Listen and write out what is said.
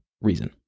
reason